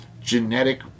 genetic